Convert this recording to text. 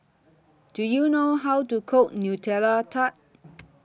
Do YOU know How to Cook Nutella Tart